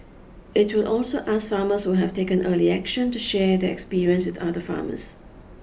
It will also ask farmers who have taken early action to share their experience with other farmers